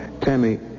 Tammy